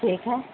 ٹھیک ہے